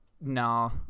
No